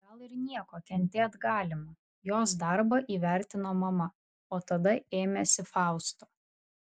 gal ir nieko kentėt galima jos darbą įvertino mama o tada ėmėsi fausto